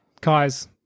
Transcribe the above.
Kai's